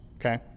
okay